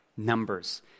Numbers